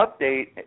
update